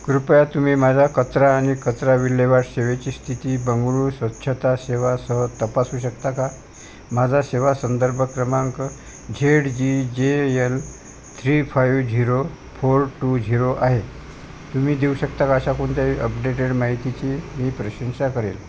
कृपया तुम्ही माझा कचरा आणि कचरा विल्हेवाट सेवेची स्थिती बंगळूरू स्वच्छता सेवासह तपासू शकता का माझा सेवा संदर्भ क्रमांक Z G J L three five zero four two zero आहे तुम्ही देऊ शकता का अशा कोणत्याही अपडेटेड माहितीची मी प्रशंसा करेल